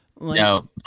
No